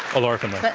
ilora